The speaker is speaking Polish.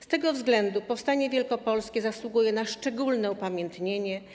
Z tego względu powstanie wielkopolskie zasługuje na szczególne upamiętnienie.